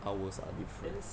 hours are different